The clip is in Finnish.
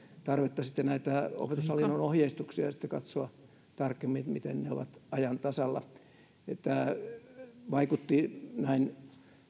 tarvetta näitä opetushallinnon ohjeistuksia katsoa tarkemmin miten ne ovat ajan tasalla ja näin